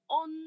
on